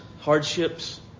hardships